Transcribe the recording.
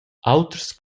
auters